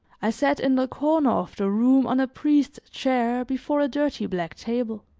i sat in the corner of the room on a priest's chair before a dirty black table.